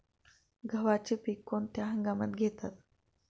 गव्हाचे पीक कोणत्या हंगामात घेतात?